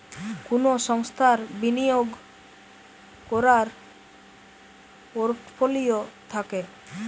কুনো সংস্থার বিনিয়োগ কোরার পোর্টফোলিও থাকে